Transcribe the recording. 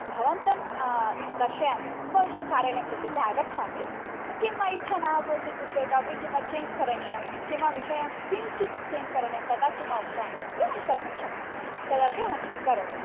भवन्तं दर्शयामि भवन्तं कार्यालयं प्रत्युक्ते आगच्छामि किं वा इच्छा न भवति इत्युक्ते टापिक् किं वा चेञ्ज् करणीयं किं विषयं किञ्चित् चेञ्ज् करणीयं तथा किम् उक्तवान् इत्युक्ते अहं कर्तुं शक्नोमि तदपि अहं करोमि